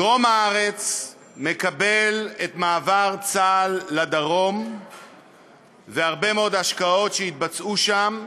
דרום הארץ מקבל את מעבר צה"ל לדרום והרבה מאוד השקעות שיתבצעו שם,